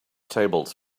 tables